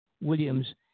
Williams